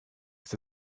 ist